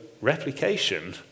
replication